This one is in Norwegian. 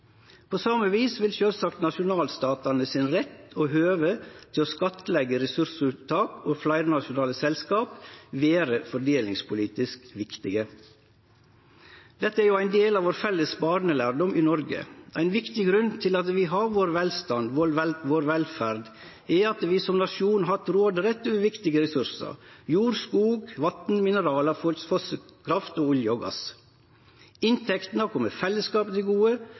På same vis vil sjølvsagt nasjonalstatanes rett og høve til å skattleggje ressursuttak frå fleirnasjonale selskap vere fordelingspolitisk viktig. Dette er jo ein del av vår felles barnelærdom i Noreg. Ein viktig grunn til at vi har vår velstand, vår velferd, er at vi som nasjon har hatt råderett over viktige ressursar – jord, skog, vatn, mineralar, fossekraft, olje og gass. Inntektene har kome fellesskapet til gode,